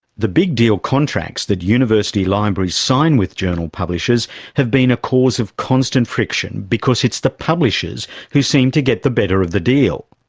the big deal contracts that university libraries sign with journal publishers have been a cause of constant friction because it's the publishers who seem to get the better of the deal.